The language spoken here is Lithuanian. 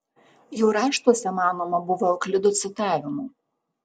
jo raštuose manoma buvo euklido citavimų